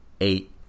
eight